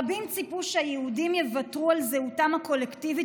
רבים ציפו שהיהודים יוותרו על זהותם הקולקטיבית